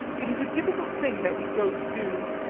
it is a difficult thing that we go to do,